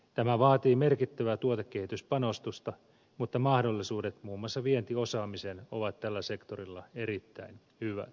tämä vaatii merkittävää tuotekehityspanostusta mutta mahdollisuudet muun muassa vientiosaamiseen ovat tällä sektorilla erittäin hyvät